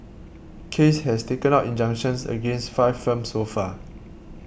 case has taken out injunctions against five firms so far